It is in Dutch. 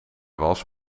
was